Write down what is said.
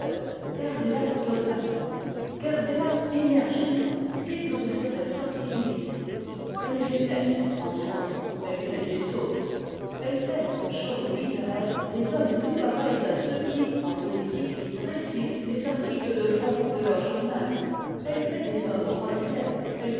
auteurs perdez la totalement perdez la énergiquement dès que vous serez sortis du lycée elle est funeste en soi elle fait des sots elle fait en choses littéraires des hommes tout pareils à ceux qui en politique récitent les articles de fond de leur journal elle fait des hommes reflets